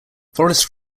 forest